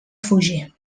fugir